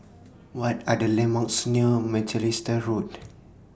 What Are The landmarks near Macalister Road